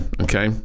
okay